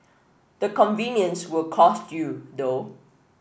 the convenience will cost you though